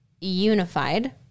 unified